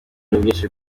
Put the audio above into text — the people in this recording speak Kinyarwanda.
n’ubwinshi